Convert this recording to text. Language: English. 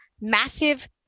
massive